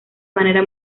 manera